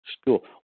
school